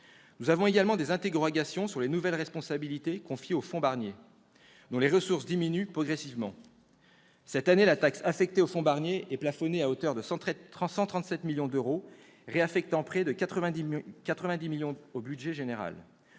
Nous avons également des interrogations sur les nouvelles responsabilités confiées au fonds Barnier, dont les ressources diminuent progressivement. Cette année, la taxe affectée à ce fonds est plafonnée à hauteur de 137 millions d'euros, ce qui permet de reverser 90 millions d'euros au budget général.